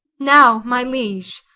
now, my liege,